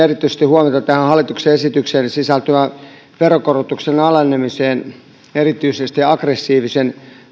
erityisesti huomiota hallituksen esitykseen sisältyvään veronkorotuksen alenemiseen erityisesti aggressiivista